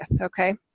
Okay